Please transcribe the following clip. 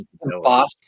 boss